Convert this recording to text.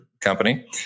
Company